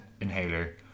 inhaler